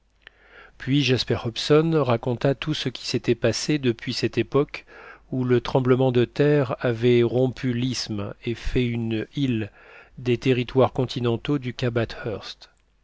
puis jasper hobson raconta tout ce qui s'était passé depuis cette époque où le tremblement de terre avait rompu l'isthme et fait une île des territoires continentaux du